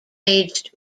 aged